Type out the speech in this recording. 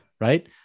right